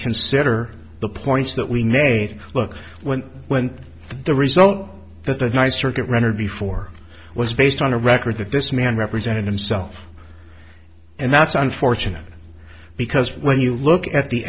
consider the points that we made look when when the result that the ny circuit rendered before was based on a record that this man represented himself and that's unfortunate because when you look at the